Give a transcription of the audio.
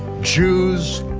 jews,